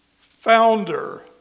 founder